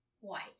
White